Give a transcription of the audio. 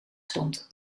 stond